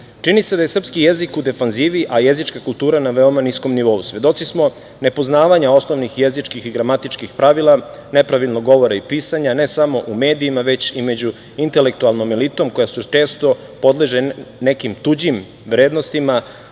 se da je srpski jezik u defanzivi, a jezička kultura na veoma niskom nivou. Svedoci smo nepoznavanja osnovnih jezičkih i gramatičkih pravila, nepravilnog govora i pisanja ne samo u medijima, već i među intelektualnom elitom, koja često podleže nekim tuđim vrednostima,